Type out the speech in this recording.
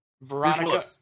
Veronica